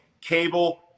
cable